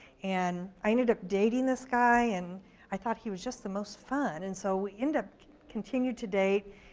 and i ended up dating this guy, and i thought he was just the most fun. and so we end up continue to date,